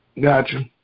Gotcha